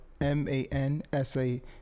m-a-n-s-a